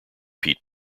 pete